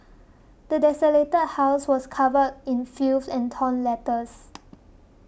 the desolated house was covered in filth and torn letters